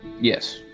Yes